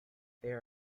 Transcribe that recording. there